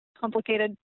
complicated